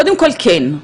רגע, שניה, קודם כל, כן,